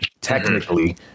Technically